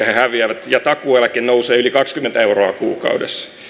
he häviävät ja takuueläke nousee yli kaksikymmentä euroa kuukaudessa